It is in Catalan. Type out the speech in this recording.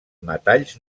metalls